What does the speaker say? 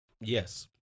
Yes